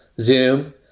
Zoom